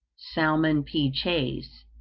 salmon p. chase,